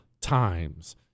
times